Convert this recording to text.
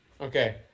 Okay